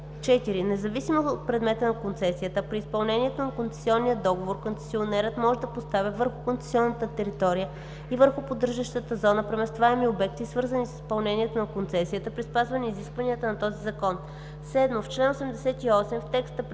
(4) Независимо от предмета на концесията, при изпълнението на концесионния договор концесионерът може да поставя върху концесионната територия и върху поддържащата зона преместваеми обекти, свързани с изпълнението на концесията при спазване изискванията на този закон.“ 7. В чл. 88, в текста преди